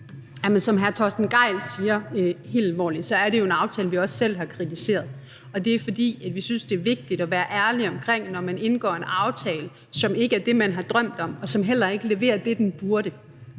Som hr. Torsten Gejl siger, er det jo en aftale, vi også selv har kritiseret. Det er, fordi vi synes, det er vigtigt at være ærlig, når man indgår en aftale, som ikke er den, man har drømt om, og som heller ikke leverer det, den burde,